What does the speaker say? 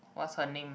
what's her name